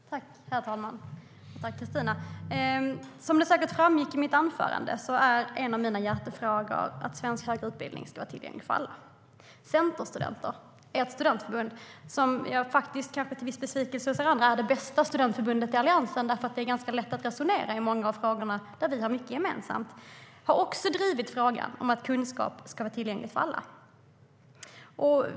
Herr talman! Som det säkert framgick i mitt anförande är en av mina hjärtefrågor att svensk högre utbildning ska vara tillgänglig för alla. Centerstudenter är ett studentförbund som faktiskt är det bästa studentförbundet i Alliansen, därför att det är ganska lätt att resonera i många frågor där vi har mycket gemensamt. Centerstudenter har också drivit frågan om att kunskap ska vara tillgänglig för alla.